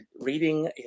reading